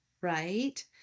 right